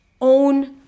Own